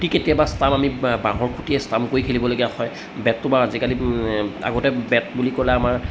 খুঁটি কেতিয়াবা ষ্টাম্প আমি বাঁহৰ খুটিয়ে ষ্টাম্প কৰি খেলিবলগীয়া হয় বেটটো বাৰু আজিকালি আগতে বেট বুলি ক'লে আমাৰ